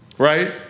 Right